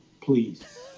please